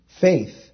Faith